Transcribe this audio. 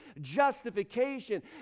justification